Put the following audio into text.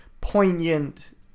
poignant